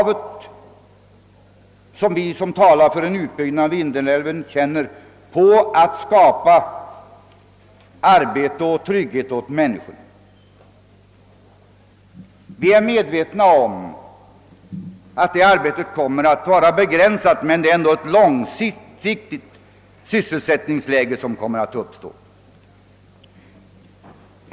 Vi som talar för en utbyggnad av Vindelälven känner kravet att skapa arbete och trygghet åt människorna mycket starkt. Vi är medvetna om att arbetstillfällena kommer att vara begränsade, men med den föreslagna utbyggnaden skapar vi ändå ett långsiktigt sysselsättningsläge.